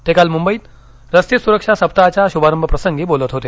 ते काल मुंबईत रस्ते सुरक्षा सप्ताहाच्या शुभारंभ प्रसंगी बोलत होते